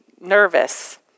nervous